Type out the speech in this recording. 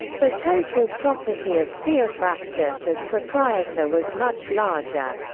the total property of theophrastus as proprietor was much larger.